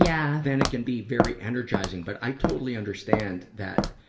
yeah and can be very energizing. but i totally understand that,